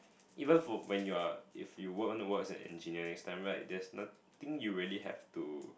even for when you are if you weren't was an engineering next time right there's nothing you really have to